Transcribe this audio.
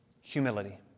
Humility